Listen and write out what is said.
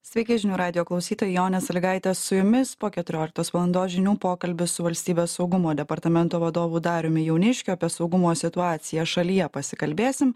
sveiki žinių radijo klausytojai jonė sąlygatė su jumis po keturioliktos valandos žinių pokalbis su valstybės saugumo departamento vadovu dariumi jauniškiu apie saugumo situaciją šalyje pasikalbėsim